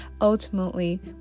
Ultimately